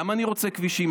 גם אני רוצה כבישים.